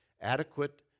adequate